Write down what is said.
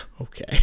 okay